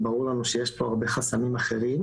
ברור לנו שיש פה הרבה חסמים אחרים.